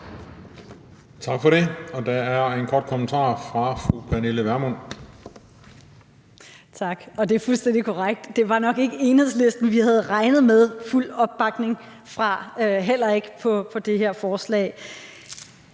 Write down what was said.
til fru Pernille Vermund. Kl. 14:56 Pernille Vermund (NB): Tak. Det er fuldstændig korrekt. Det var nok ikke Enhedslisten, vi havde regnet med fuld opbakning fra – heller ikke til det her forslag.